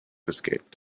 escaped